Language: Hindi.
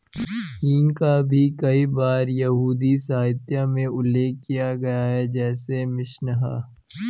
हींग का भी कई बार यहूदी साहित्य में उल्लेख किया गया है, जैसे मिशनाह